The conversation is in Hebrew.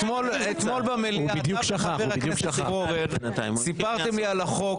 אתמול במליאה אתה וחבר הכנסת פורר סיפרתם לי על החוק